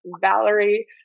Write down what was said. Valerie